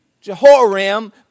Jehoram